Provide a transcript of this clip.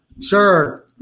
Sure